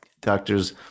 doctors